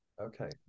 Okay